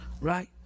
Right